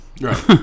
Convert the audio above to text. Right